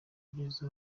ibyiza